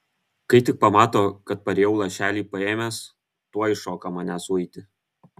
kai tik pamato kad parėjau lašelį paėmęs tuoj šoka manęs uiti